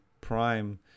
prime